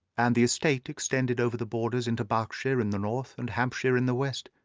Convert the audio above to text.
and the estates extended over the borders into berkshire in the north, and hampshire in the west.